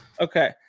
okay